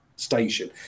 station